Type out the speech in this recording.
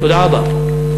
תודה רבה.